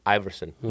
Iverson，